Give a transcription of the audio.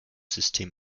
system